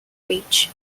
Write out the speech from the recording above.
reach